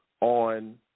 on –